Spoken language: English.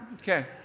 Okay